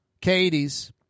Katie's